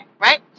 right